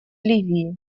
ливии